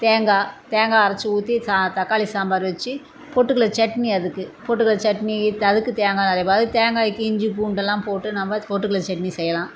தேங்காய் தேங்காய் அரைச்சி ஊற்றி சா தாக்காளி சாம்பார் வச்சி பொட்டுக்கடலை சட்னி அதுக்கு பொட்டுக்கடலை சட்னி அதுக்கு தேங்காய் நிறையா அதுக்கு தேங்காக்கு இஞ்சி பூண்டெல்லாம் போட்டு நம்ம பொட்டுக்கடலை சட்னி செய்யலாம்